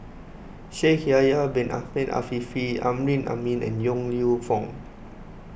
Shaikh Yahya Bin Ahmed Afifi Amrin Amin and Yong Lew Foong